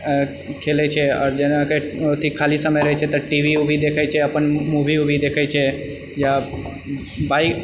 आ खेलैछै आओर जेना ओथि खाली समय रहैछे तऽ टी वी उ वी देखैछै अपन मूवी वूवी देखैछे या बाइ